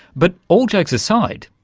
but, all jokes aside,